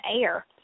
air